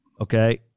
Okay